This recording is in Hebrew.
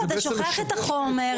אתה שוכח את החומר,